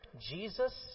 Jesus